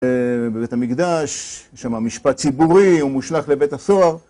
בבית המקדש, יש שם משפט ציבורי, הוא מושלך לבית הסוהר.